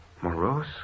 Morose